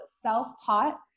self-taught